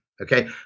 okay